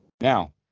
Now